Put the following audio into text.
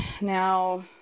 now